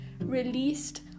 released